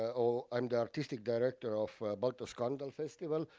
ah ah i'm the artistic director of baltoscandal festival,